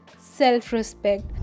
self-respect